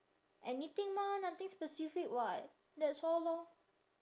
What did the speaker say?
anything mah nothing specific [what] that's all lor